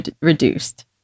reduced